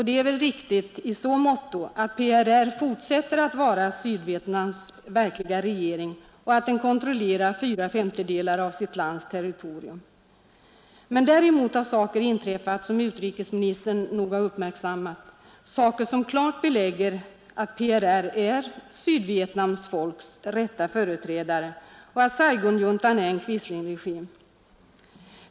Det är väl riktigt i så måtto att PRR fortsätter att vara Sydvietnams verkliga regering och att den kontrollerar fyra femtedelar av sitt lands territorium, Men däremot har saker inträffat som utrikesministern nog har uppmärksammat, saker som klart belägger att PRR är Sydvietnams folks rätta företrädare och att Saigonjuntan är en quislingregim.